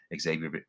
Xavier